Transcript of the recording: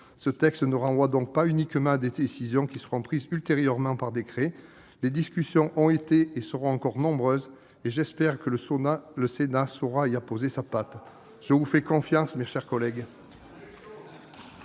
ce texte ne renvoie donc pas uniquement à des décisions qui seront prises ultérieurement par décret. Les discussions ont été et seront encore nombreuses, et j'espère que le Sénat saura y apposer sa patte. Je vous fais confiance, mes chers collègues.